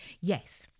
yes